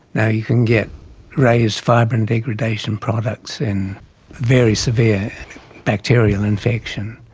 now, you can get raised fibrin degradation products in very severe bacterial infection.